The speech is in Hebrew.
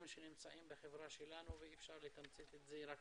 שנמצאים בחברה שלנו ואי אפשר לתמצת את זה רק